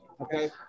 Okay